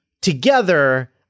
together